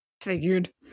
Figured